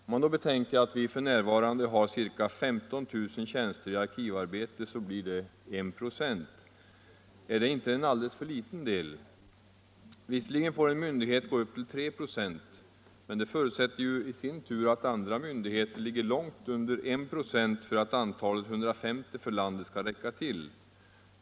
Om man betänker att vi f.n. har ca 15000 tjänster i arkivarbete, så blir detta 1 96. Är det inte en alldeles för liten del? Visserligen får en myndighet gå upp till 3 96, men det förutsätter ju då att andra myndigheter ligger långt under 1 96 för att antalet 150 för landet skall räcka till.